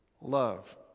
love